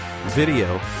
video